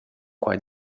quai